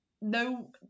no